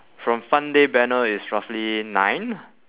from fun day banner it's roughly nine